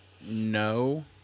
No